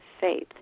faith